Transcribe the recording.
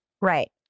Right